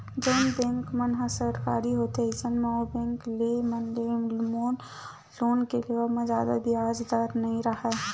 जउन बेंक मन ह सरकारी होथे अइसन म ओ बेंक मन ले होम लोन के लेवब म जादा बियाज दर ह नइ राहय